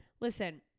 Listen